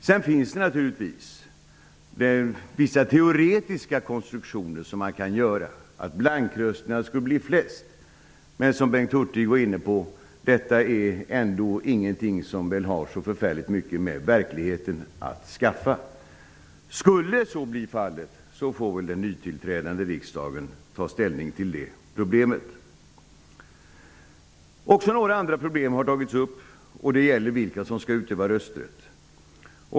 Sedan finns det naturligtvis vissa teoretiska konstruktioner som man kan göra, att blankrösterna skulle bli flest. Men, som Bengt Hurtig var inne på, detta är ändå ingenting som har så förfärligt mycket med verkligheten att skaffa. Skulle så bli fallet får väl den nytillträdande riksdagen ta ställning till det problemet. Även några andra problem har tagits upp. Det gäller vilka som skall utöva rösträtt.